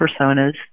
personas